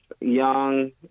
young